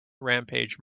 rampage